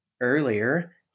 earlier